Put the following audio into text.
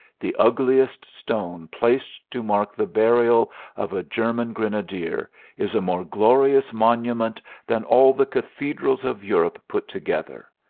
the ugliest stone placed to mark the burial of a german grenadier is a more glorious monument than all the cathedrals of europe put together.